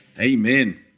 Amen